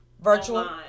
virtual